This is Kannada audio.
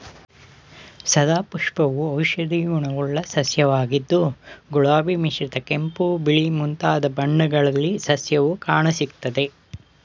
ಸದಾಪುಷ್ಪವು ಔಷಧೀಯ ಗುಣವುಳ್ಳ ಸಸ್ಯವಾಗಿದ್ದು ಗುಲಾಬಿ ಮಿಶ್ರಿತ ಕೆಂಪು ಬಿಳಿ ಮುಂತಾದ ಬಣ್ಣಗಳಲ್ಲಿ ಸಸ್ಯವು ಕಾಣಸಿಗ್ತದೆ